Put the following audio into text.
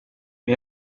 men